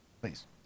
Please